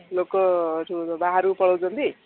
ଲୋକ ସବୁ ବାହାରକୁ ପଳାଉଛନ୍ତି